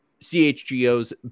CHGO's